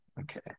Okay